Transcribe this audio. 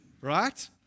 right